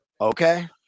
Okay